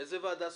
איזו ועדה סותרת?